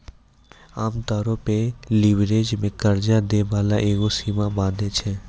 आमतौरो पे लीवरेज मे कर्जा दै बाला एगो सीमा बाँधै छै